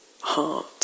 heart